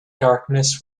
darkness